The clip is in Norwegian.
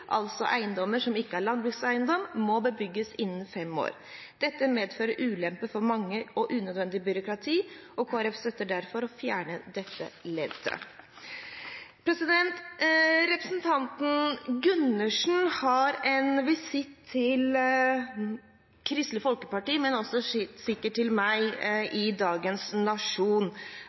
altså eiendommer som ikke er landbrukseiendom, må bebygges innen fem år. Dette medfører ulemper for mange og unødvendig byråkrati, og Kristelig Folkeparti støtter derfor å fjerne dette leddet. Representanten Gundersen gjør en visitt til Kristelig Folkeparti – men sikkert også til meg – i dagens